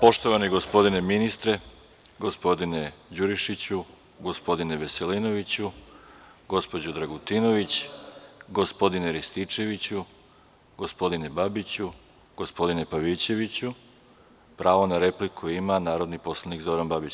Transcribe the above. Poštovani gospodine ministre, gospodine Đurišiću, gospodine Veselinoviću, gospođo Dragutinović, gospodine Rističeviću, gospodine Babiću, gospodine Pavićeviću, pravo na repliku ima narodni poslanik Zoran Babić.